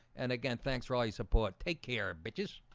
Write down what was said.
and again, thanks rally support. take care bitches